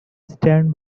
stand